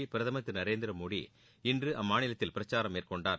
ஹரியானா பிரதமர் திரு நரேந்திரமோடி இன்று அம்மாநிலத்தில் பிரச்சாரம் மேற்கொண்டார்